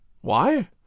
Why